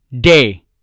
day